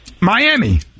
Miami